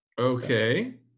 Okay